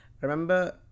remember